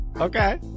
Okay